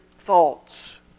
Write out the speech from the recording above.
thoughts